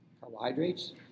carbohydrates